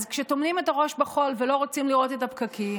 אז כשטומנים את הראש בחול ולא רוצים לראות את הפקקים,